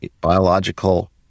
biological